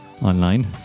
Online